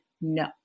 no